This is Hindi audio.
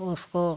उसको